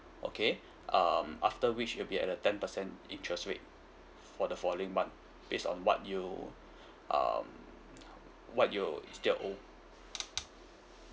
okay um after which it will be at a ten percent interest rate for the following month based on what you um what your is there owe